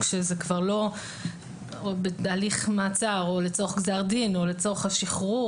כשזה כבר לא או בתהליך מעצר או לצורך גזר דין או לצורך השחרור